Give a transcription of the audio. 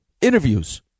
interviews